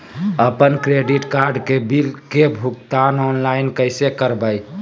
अपन credit card के bill के भुगतान ऑनलाइन कैसे करबैय?